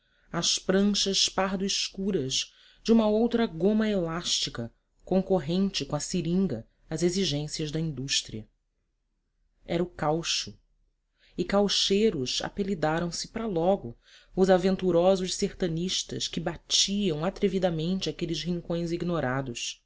as pranchas pardo escuras de uma outra goma elástica concorrente com a seringa às exigências da indústria era o caucho e caucheiros apelidaram se para logo os aventurosos sertanistas que batiam atrevidamente aqueles rincões ignorados